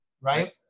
Right